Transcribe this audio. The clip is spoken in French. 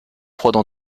froides